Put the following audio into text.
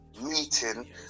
meeting